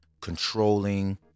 controlling